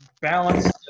balance